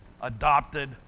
adopted